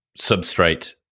substrate